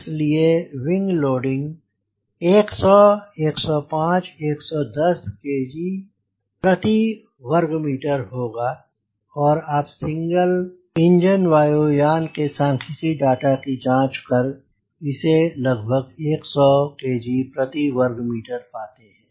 इस लिए wing loading 100 105 110 kg प्रति होगा और आप सिंगल इंजन वायु यान के सांख्यिकी डेटा की जांच कर इसे लगभग 100 kg प्रति वर्ग मीटर पाते हैं